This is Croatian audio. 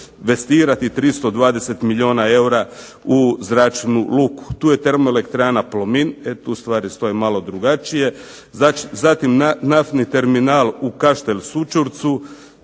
investirati 320 milijuna eura u zračnu luku. Tu je termoelektrana Plomin. E tu stvari stoje malo drugačije. Zatim naftni terminal u Kaštel Sućurcu